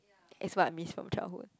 is what I miss from childhood